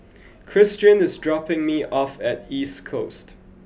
Christian is dropping me off at East Coast